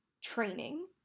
training